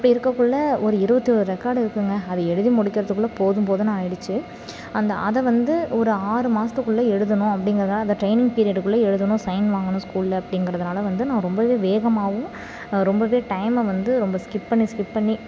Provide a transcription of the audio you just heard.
இப்படி இருக்கக்குள்ள ஒரு இருபத்தி ஒரு ரெக்கார்டு இருக்குங்க அதை எழுதி முடிக்கிறதுக்குள்ள போதும் போதும்ன்னு ஆகிடுச்சி அந்த அதை வந்து ஒரு ஆறு மாதத்துக்குள்ள எழுதணும் அப்படிங்கிறதுனால அதை ட்ரைனிங் பீரியடுக்குள்ளே எழுதணும் சைன் வாங்கணும் ஸ்கூலில் அப்படிங்கறதுனால வந்து நான் ரொம்பவே வேகமாகவும் ரொம்பவே டைமை வந்து ரொம்ப ஸ்கிப் பண்ணி ஸ்கிப் பண்ணி